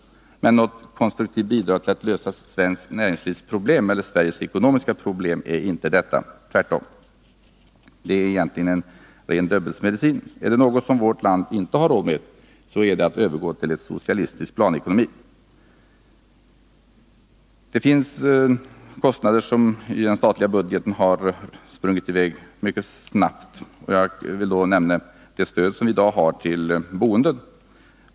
Men något konstruktivt bidrag för att lösa svenskt näringslivs problem eller Sveriges ekonomiska problem är inte detta — tvärtom. Det är egentligen en ren Döbelnsmedicin. Är det något som vårt land inte har råd med så är det att övergå till en socialistisk planekonomi. Det finns kostnader i den statliga budgeten som har sprungit i väg mycket snabbt. Jag vill nämna det stöd som vi i dag har till boendet.